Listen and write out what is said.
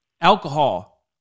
alcohol